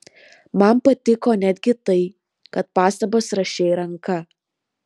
man patiko netgi tai kad pastabas rašei ranka